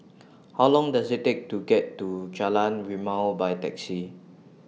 How Long Does IT Take to get to Jalan Rimau By Taxi